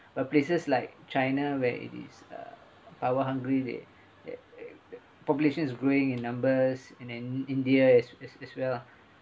but places like china where it is uh power hungry the the the the population is growing in numbers and then india as as as well lah